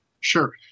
Sure